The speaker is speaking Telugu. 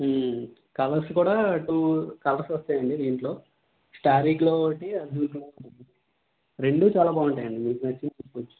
కలర్స్ కూడా టూ కలర్స్ వస్తాయండి దీంట్లో స్టారీ గ్లో ఒకటి గ్రీన్ గ్లో ఒకటి రెండు చాలా బాగుంటాయి అండి మీకు నచ్చింది తీసుకోవచ్చు